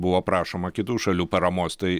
buvo prašoma kitų šalių paramos tai